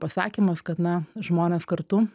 pasakymas kad na žmonės kartu